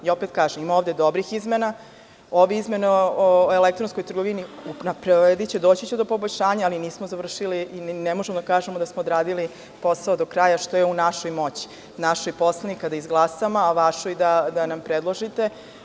Opet kažem, ima ovde dobrih izmena, ove izmene o elektronskoj trgovini unaprediće, doći će do poboljšanja, ali nismo završili, i ne možemo da kažemo da smo odradili posao do kraja, što je u našoj moći naših poslanika da izglasamo, a vašoj da nam predložite.